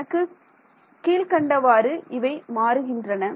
எனக்கு கீழ்கண்டவாறு இவை மாறுகின்றன